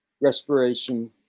respiration